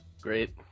Great